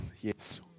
yes